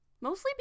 mostly